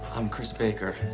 i'm chris baker.